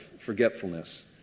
forgetfulness